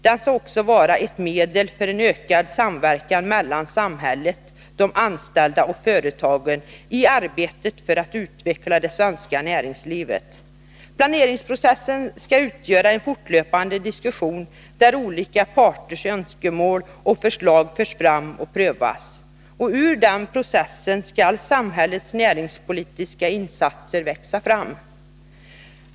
Den skall också vara ett medel för en ökad samverkan mellan samhället, de anställda och företagen i arbetet för att utveckla det svenska näringslivet. Planeringsprocessen skall utgöra en fortlöpande diskussion där olika parters önskemål och förslag förs fram och prövas. Ur den processen skall samhällets näringspolitiska insatser växa fram.